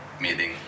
meeting